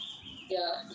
ya